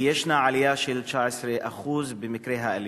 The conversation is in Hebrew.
ויש עלייה של 19% במקרי האלימות.